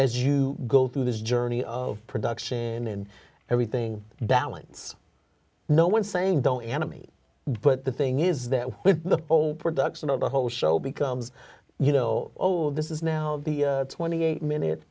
as you go through this journey of production and everything balance no one saying don't enemy but the thing is that with the whole production of the whole show becomes you know oh this is now the twenty eight minute